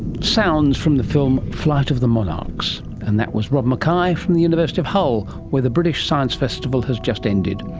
sounds from the film flight of the monarchs, and that was rob mackay from the university of hull, where the british science festival has just ended,